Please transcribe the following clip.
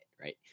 right